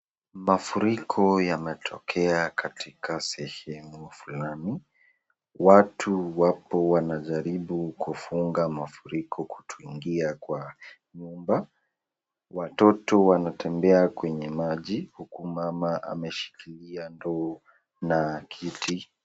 Mafuriko yametokea katika sehemu fulani. Watu wapo wanajaribu kufuga mafuriko kutoingia kwa nyumba. Watoto wanatembea kwenye maji huku mama ameshikilia ndoo na kiti.